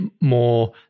more